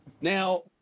Now